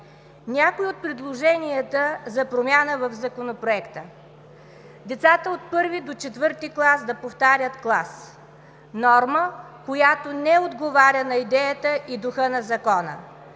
Някои от предложенията за промяна в Законопроекта: „Децата от I до IV клас да повтарят клас“ – норма, която не отговаря на идеята и духа на Закона.